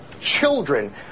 children